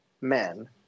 men